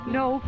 no